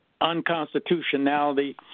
unconstitutionality